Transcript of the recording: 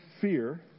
fear